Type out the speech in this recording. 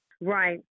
Right